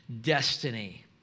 destiny